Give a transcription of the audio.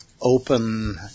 open